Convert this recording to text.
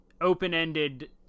open-ended